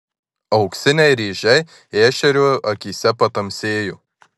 auksiniai rėžiai ešerio akyse patamsėjo